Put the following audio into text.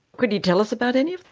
could you tell us about any?